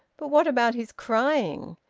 but what about his crying?